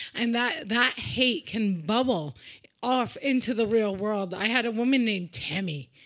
and that that hate can bubble off into the real world? i had a woman named tammy.